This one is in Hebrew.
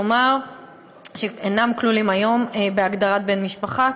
כלומר שאינם כלולים היום בהגדרת בן-משפחה,